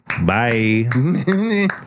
Bye